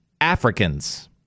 Africans